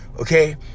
okay